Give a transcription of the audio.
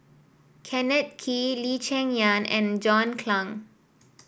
Kenneth Kee Lee Cheng Yan and John Clang